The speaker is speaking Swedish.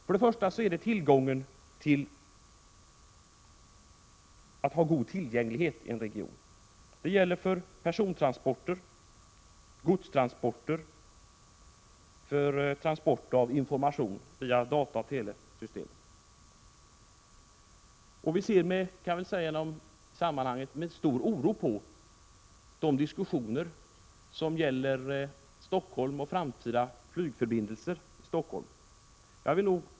För det första behövs god tillgänglighet i en region. Det gäller för persontransporter, godstransporter, transport av information via dataoch telesystem. Jag kan i detta sammanhang säga att vi med stor oro ser på de diskussioner som gäller framtida flygförbindelser med Stockholm.